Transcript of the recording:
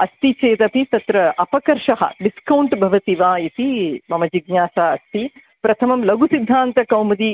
अस्ति चेदपि तत्र अपकर्षः डिस्कौण्ट् भवति वा इति मम जिज्ञासा अस्ति प्रथमं लघुसिद्धान्तकौमुदी